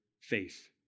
faith